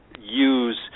use